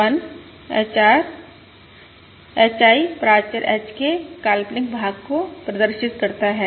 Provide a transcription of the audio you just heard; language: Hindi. H I प्राचर H के काल्पनिक भाग को प्रदर्शित करता है